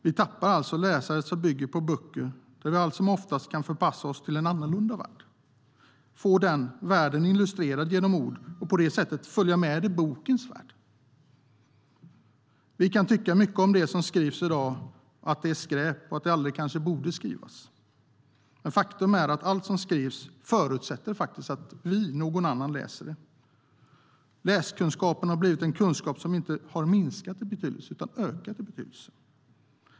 Vi tappar alltså läsandet som bygger på böcker, där vi allt som oftast kan förpassa oss till en annorlunda värld, få den illustrerad genom ord och på det sättet följa med i bokens värld. Vi kan tycka mycket om det som skrivs i dag, att det är skräp och att det kanske aldrig borde ha skrivits, men faktum är att allt som skrivs förutsätter att vi - någon annan - läser det. Läskunskapen har blivit en kunskap som inte har minskat i betydelse utan ökat.